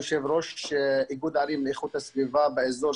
יושב-ראש איגוד ערים לאיכות הסביבה באזור,